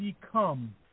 become